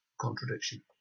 contradiction